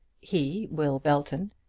he, will belton,